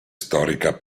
storica